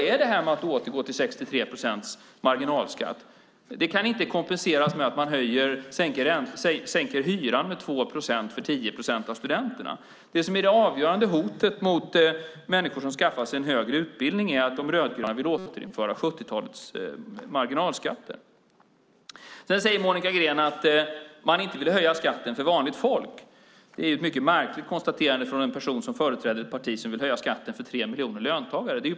En återgång till 63 procents marginalskatt kan inte kompenseras med att man sänker hyran med 2 procent för 10 procent av studenterna. Det som är det avgörande hotet mot människor som skaffar sig en högre utbildning är att De rödgröna vill återinföra 70-talets marginalskatter. Monica Green säger att man inte vill höja skatten för vanligt folk. Det är ett mycket märkligt konstaterande från en person som företräder ett parti som vill höja skatten för tre miljoner löntagare.